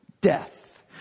death